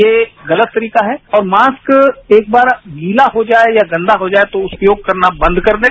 ये गलत तरीका है और मास्क एक बार गीला हो जाए या गंदा हो जाए तो उपयोग करना बंद कर दें